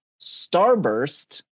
Starburst